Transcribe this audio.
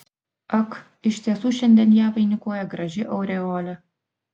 ak iš tiesų šiandien ją vainikuoja graži aureolė